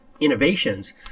innovations